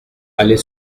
aller